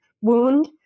wound